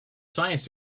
science